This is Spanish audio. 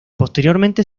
posteriormente